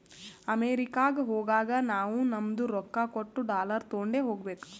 ಅಮೆರಿಕಾಗ್ ಹೋಗಾಗ ನಾವೂ ನಮ್ದು ರೊಕ್ಕಾ ಕೊಟ್ಟು ಡಾಲರ್ ತೊಂಡೆ ಹೋಗ್ಬೇಕ